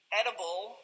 edible